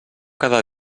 cada